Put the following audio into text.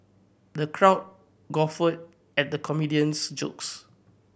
the crowd guffawed at the comedian's jokes